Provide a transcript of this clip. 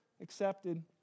accepted